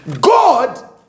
God